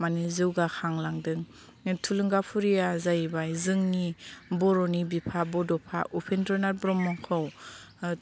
माने जौगाखांलांदों बे थुलुंगाफुरिया जाहैबाय जोंनि बर'नि बिफा बड'फा उपेन्द्र नाथ ब्रह्मखौ